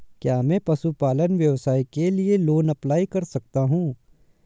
क्या मैं पशुपालन व्यवसाय के लिए लोंन अप्लाई कर सकता हूं?